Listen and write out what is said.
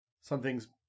something's